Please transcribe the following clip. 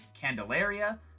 Candelaria